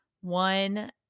one